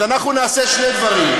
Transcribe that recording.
הם, אז אנחנו נעשה שני דברים: